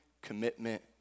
commitment